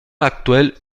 actuelle